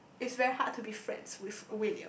it's very hard to be friends with William